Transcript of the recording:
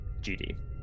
GD